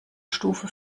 stufe